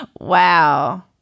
Wow